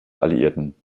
alliierten